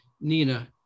Nina